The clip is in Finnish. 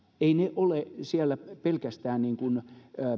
ei se ole pelkästään